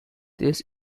this